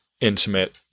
intimate